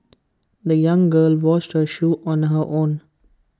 the young girl washed her shoes on her own